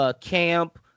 Camp